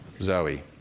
Zoe